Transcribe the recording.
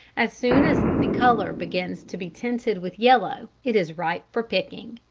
as soon as the colour begins to be tinted with yellow it is ripe for picking.